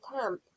camp